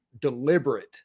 deliberate